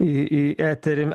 į į eterį